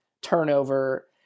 turnover